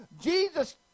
Jesus